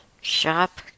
Shop